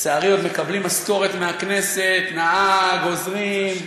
לצערי עוד מקבלים משכורת מהכנסת, נהג, עוזרים,